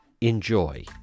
enjoy